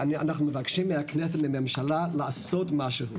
אנחנו מבקשים מהכנסת ומהממשלה לעשות משהו.